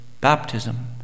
baptism